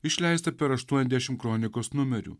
išleista per aštuoniasdešim kronikos numerių